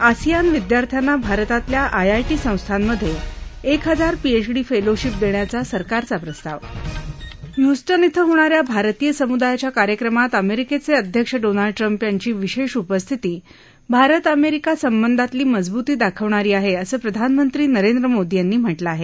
ASEAN विद्यार्थ्याना भारतातल्या IIT संस्थांमधे एक हजार पीएचडी फेलोशीप देण्याचा सरकारचा प्रस्ताव ह्युस्टन श्वी होणाऱ्या भारतीय समुदायाच्या कार्यक्रमात अमेरिकेचे अध्यक्ष डोनाल्ड ट्रम्प यांची विशेष उपस्थिती भारत अमेरिका संबंधातली मजबूती दाखवणारी आहे असं प्रधानमंत्री नरेंद्र मोदी यांनी म्हटलं आहे